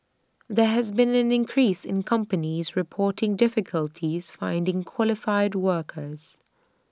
there has been an increase in companies reporting difficulties finding qualified workers